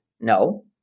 No